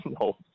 No